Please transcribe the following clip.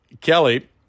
Kelly